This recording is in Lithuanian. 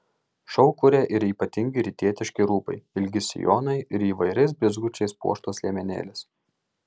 šou kuria ir ypatingi rytietiški rūbai ilgi sijonai ir įvairiais blizgučiais puoštos liemenėlės